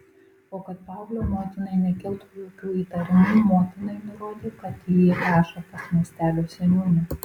o kad paauglio motinai nekiltų jokių įtarimų motinai nurodė kad jį veža pas miestelio seniūnę